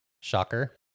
shocker